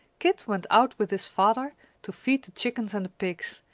kit went out with his father to feed the chickens and the pigs,